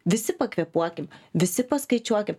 visi pakvėpuokim visi paskaičiuokim